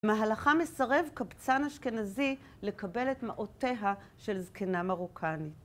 מהלכה מסרב קבצן אשכנזי לקבל את מעותיה של זקנה מרוקנית.